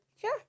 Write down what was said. Sure